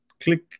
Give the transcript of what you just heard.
click